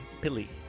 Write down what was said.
Pilly